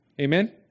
Amen